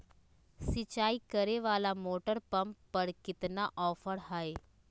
सिंचाई करे वाला मोटर पंप पर कितना ऑफर हाय?